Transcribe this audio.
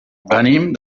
venim